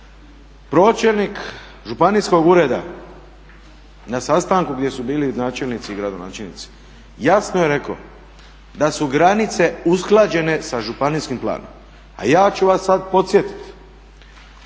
pročelnik županijskog ureda na sastanku gdje su bili načelnici i gradonačelnici jasno je rekao da su granice usklađene sa županijskim planom, a ja ću vas sad podsjetit